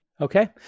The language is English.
Okay